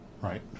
Right